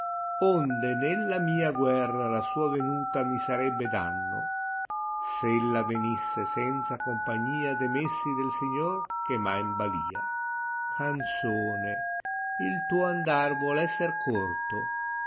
onde nella mia guerra la sua venuta mi sarebbe danno s ella venisse senza compagnia de messi del signor che m ha in balia canzone il tuo andar vuol esser corto